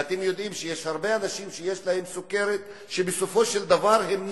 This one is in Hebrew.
ואתם יודעים שיש הרבה אנשים שיש להם סוכרת ובסופו של דבר הם נכים,